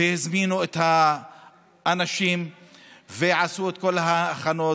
והזמינו את האנשים ועשו את כל ההכנות